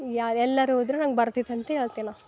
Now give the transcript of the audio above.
ಯಾ ಎಲ್ಲರೋದ್ರು ನಂಗೆ ಬರ್ತಿತ್ತಂತ ಹೇಳ್ತಿನಾ